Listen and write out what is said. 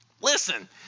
Listen